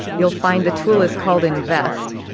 you'll find the tool is called invest,